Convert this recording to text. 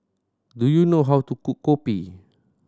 do you know how to cook kopi